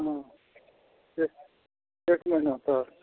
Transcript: हँ ए एक महिना तक